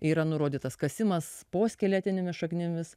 yra nurodytas kasimas po skeletinėmis šaknimis